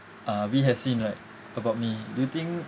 uh we have seen right about me do you think